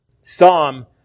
psalm